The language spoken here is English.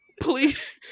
Please